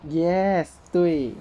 yes 对